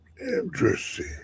Interesting